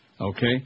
Okay